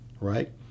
right